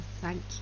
thank